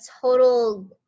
total